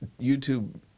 YouTube